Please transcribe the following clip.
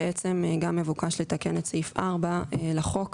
בעצם גם מבוקש לתקן את סעיף 4 לחוק.